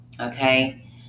Okay